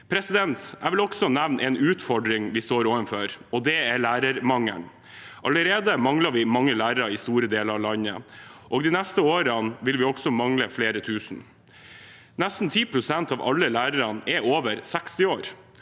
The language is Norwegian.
læring. Jeg vil også nevne en utfordring vi står overfor, og det er lærermangel. Allerede mangler vi mange lærere i store deler av landet, og de neste årene vil vi også mangle flere tusen. Nesten 10 pst. av alle lærerne er over 60 år,